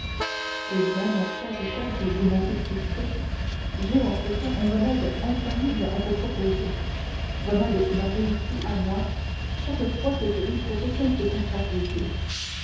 eh bien mon cher vicomte dit monte cristo j'ai en ce cas un remède infaillible à vous proposer remède qui m'a réussi à moi chaque fois que j'ai éprouvé quelque contrariété